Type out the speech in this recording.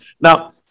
Now